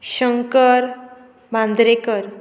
Shankar Mandrekar